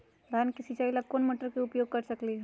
धान के सिचाई ला कोंन मोटर के उपयोग कर सकली ह?